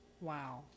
wow